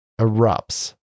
erupts